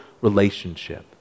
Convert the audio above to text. relationship